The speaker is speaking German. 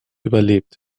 überlebt